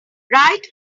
right